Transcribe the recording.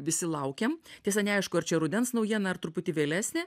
visi laukėm tiesa neaišku ar čia rudens naujiena ar truputį vėlesnė